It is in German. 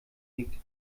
liegt